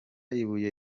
ibuye